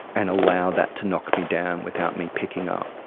and allow that to knock me down without me picking up,